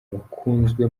bakunzwe